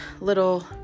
little